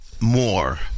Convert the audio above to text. more